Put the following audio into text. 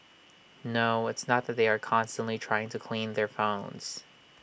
no it's not that they are constantly trying to clean their phones